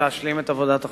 שישלימו את עבודת החקיקה.